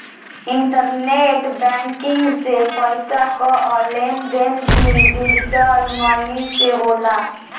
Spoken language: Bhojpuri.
इंटरनेट बैंकिंग से पईसा कअ लेन देन भी डिजटल मनी से होला